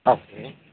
okay